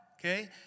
Okay